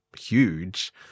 huge